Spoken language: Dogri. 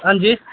आं जी